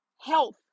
health